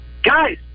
guys